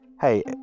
Hey